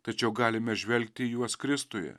tačiau galime žvelgti į juos kristuje